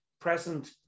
present